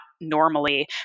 normally